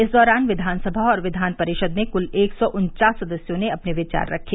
इस दौरान विधानसभा और विधान परिषद में क्ल एक सौ उन्वास सदस्यों ने अपने विचार रखे